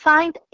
Find